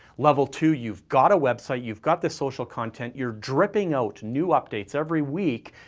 level two, you've got a website, you've got the social content, you're dripping out new updates every week,